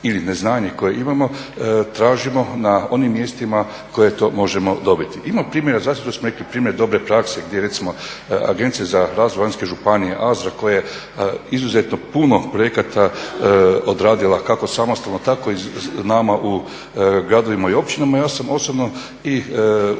ili neznanje koje imamo tražimo na onim mjestima na kojima to možemo dobiti. Ima primjera, … smo rekli primjer dobre prakse gdje recimo Agencija za razvoj … županije … koja je izuzetno puno projekata odradila kako samostalno, tako i s nama u gradovima i općinama. Ja sam osobno i u